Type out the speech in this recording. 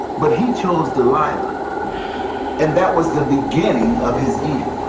but he chose delilah and that was the beginning of his